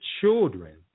children